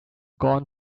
gone